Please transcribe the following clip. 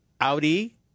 Audi